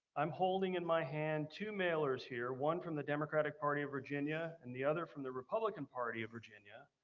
i'm holding in my hand two mailers here, one from the democratic party of virginia and the other from the republican party of virginia.